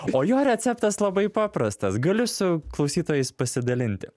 o jo receptas labai paprastas galiu su klausytojais pasidalinti